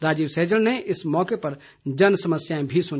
राजीव सैजल ने इस मौके पर जनसमस्याएं भी सुनी